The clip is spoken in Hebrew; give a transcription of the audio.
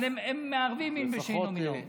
אבל הם מערבים מין בשאינו מינו.